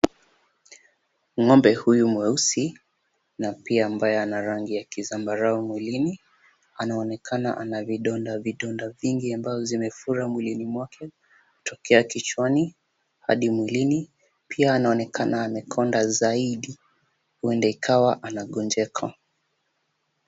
Ng'ombe huyu mweusi na pia ambaye ana rangi ya kizambarau mwilini. Ana onekana ana vidonda vidonda vingi ambavyo zimefura mwili mwake kutokea kichwani, hadi mwilini, pia anaonekana amekonda zaidi. Huend ikawa anagonjeka.